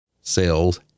Sales